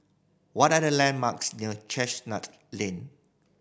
what are the landmarks near Chestnut Lane